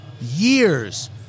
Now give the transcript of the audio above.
years